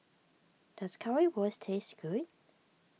does Currywurst taste good